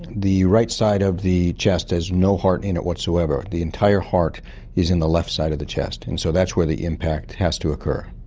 the right side of the chest has no heart in it whatsoever, the entire heart is in the left side of the chest, and so that's where the impact has to occur.